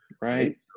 Right